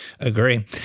Agree